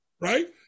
right